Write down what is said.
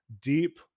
deep